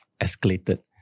escalated